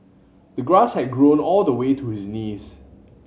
the grass had grown all the way to his knees